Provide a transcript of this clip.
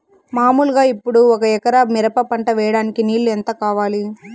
మామూలుగా ఇప్పుడు ఒక ఎకరా మిరప పంట వేయడానికి నీళ్లు ఎంత కావాలి?